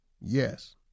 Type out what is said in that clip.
Yes